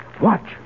Watch